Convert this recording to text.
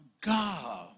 God